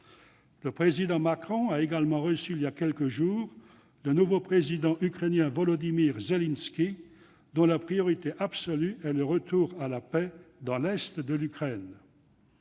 Le président Macron a également reçu il y a quelques jours le nouveau président ukrainien, Volodymyr Zelensky, dont la priorité absolue est le retour à la paix dans l'est de l'Ukraine.